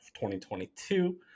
2022